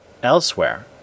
Elsewhere